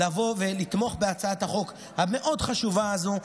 לבוא ולתמוך בהצעת החוק המאוד-חשובה הזו,